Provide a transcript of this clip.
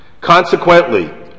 Consequently